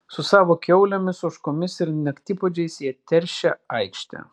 su savo kiaulėmis ožkomis ir naktipuodžiais jie teršia aikštę